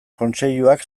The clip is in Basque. kontseiluak